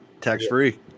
tax-free